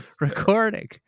recording